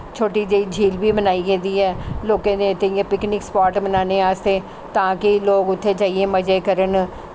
छोटी जेही झील बी बनाई गेदी ऐ लोकें दे इ'यां पिकनिक स्पाट बनाने आस्तै तां कि लोग उत्थें जाइयै मजे करन